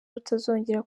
rutazongera